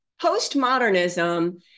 postmodernism